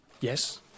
Yes